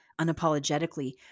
unapologetically